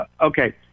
Okay